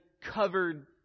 covered